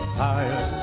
higher